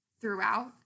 throughout